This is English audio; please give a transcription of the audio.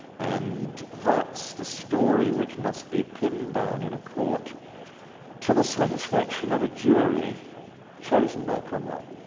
and that's the story which must be pinned down in a court to the satisfaction of a jury chosen by cromwell.